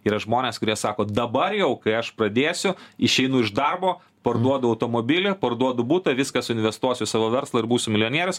yra žmonės kurie sako dabar jau kai aš pradėsiu išeinu iš darbo parduodu automobilį parduodu butą viską suinvestuosiu į savo verslo ir būsiu milijonierius